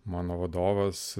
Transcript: mano vadovas